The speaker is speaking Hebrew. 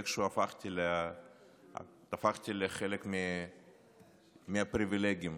ואיכשהו הפכתי לחלק מהפריבילגים.